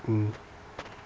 mm